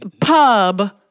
pub